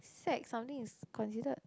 sec something is considered